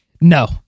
No